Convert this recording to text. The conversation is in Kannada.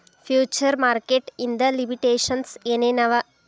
ಫ್ಯುಚರ್ ಮಾರ್ಕೆಟ್ ಇಂದ್ ಲಿಮಿಟೇಶನ್ಸ್ ಏನ್ ಏನವ?